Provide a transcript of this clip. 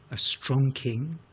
a strong king,